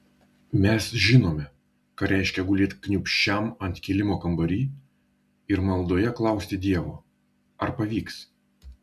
mes žinome ką reiškia gulėt kniūbsčiam ant kilimo kambary ir maldoje klausti dievo ar pavyks